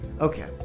okay